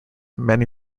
many